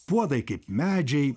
puodai kaip medžiai